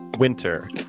winter